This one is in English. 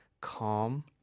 calm